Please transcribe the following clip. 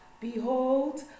behold